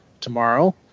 tomorrow